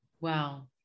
Wow